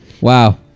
Wow